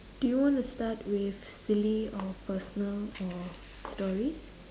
do you want to start with silly or personal or stories